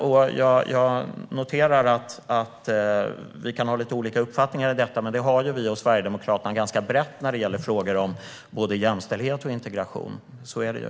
Jag noterar att vi kan ha lite olika uppfattningar om detta, men det har ju vi och Sverigedemokraterna ganska brett när det gäller både jämställdhet och integration. Så är det ju.